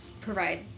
provide